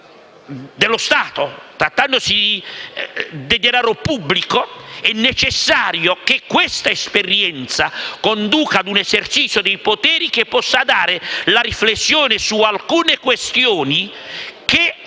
dello Stato e di denaro pubblico, è necessario che questa esperienza conduca ad un esercizio di poteri che possa dare la riflessione su alcune questioni che